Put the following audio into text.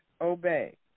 obey